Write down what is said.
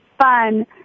fun